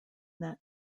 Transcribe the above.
that